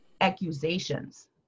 accusations